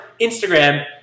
Instagram